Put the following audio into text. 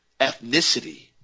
ethnicity